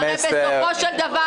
לישראל ביתנו יש בסופו של דבר